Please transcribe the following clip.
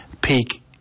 peak